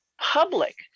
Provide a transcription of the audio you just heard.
public